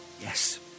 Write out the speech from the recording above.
Yes